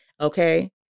Okay